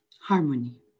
Harmony